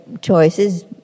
choices